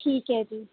ਠੀਕ ਹੈ ਜੀ